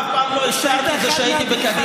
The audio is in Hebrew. אף פעם לא הסתרתי את זה שהייתי בקדימה,